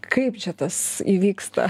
kaip čia tas įvyksta